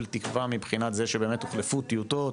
תקווה מבחינת זה שבאמת הוחלפו טיוטות,